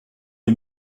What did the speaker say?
est